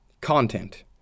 content